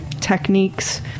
techniques